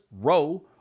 row